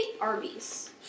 Arby's